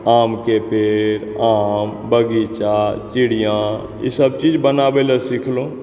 आम के पेड़ आम बगीचा चिड़िया ईसब चीज बनाबै लए सीखलहुॅं